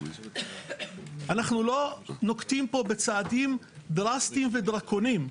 אנחנו לא נוקטים פה בצעדים דרסטיים ודרקוניים.